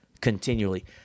continually